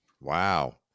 wow